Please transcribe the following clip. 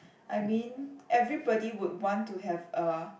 I mean everybody would want to have a